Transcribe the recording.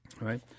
right